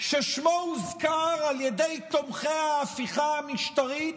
ששמו הוזכר על ידי תומכי ההפיכה המשטרית